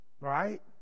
right